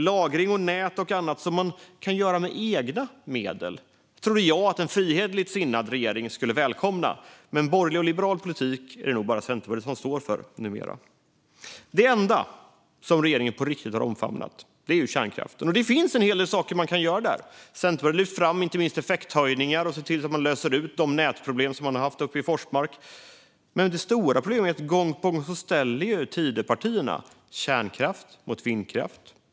Lagring, nät och annat som man kan göra med egna medel trodde jag att en frihetligt sinnad regering skulle välkomna, men borgerlig, liberal politik är det nog bara Centerpartiet som står för numera. Det enda regeringen på riktigt har omfamnat är kärnkraften, och det finns en hel del saker man kan göra där. Centerpartiet har lyft fram inte minst effekthöjningar så att man löser ut de nätproblem man haft i Forsmark. Det stora problemet är dock att Tidöpartierna gång på gång ställer kärnkraft mot vindkraft.